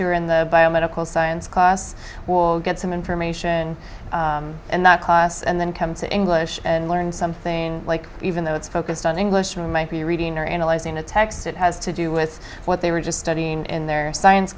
who are in the biomedical science class will get some information in that class and then come to english and learn something like even though it's focused on english and might be reading or analyzing a text it has to do with what they were just studying in their science